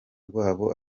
rwabo